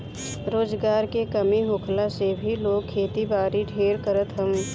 रोजगार के कमी होखला से भी लोग खेती बारी ढेर करत हअ